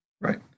Right